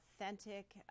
authentic